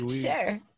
Sure